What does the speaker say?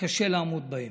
שקשה לעמוד בהם.